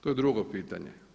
To je drugo pitanje.